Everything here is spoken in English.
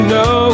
no